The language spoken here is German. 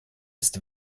ist